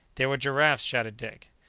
they were giraffes! shouted dick.